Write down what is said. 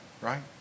right